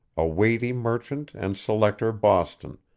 a weighty merchant and selector boston,